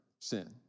sin